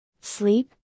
Sleep